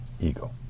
ego